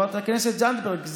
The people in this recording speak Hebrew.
חברת הכנסת זנדברג,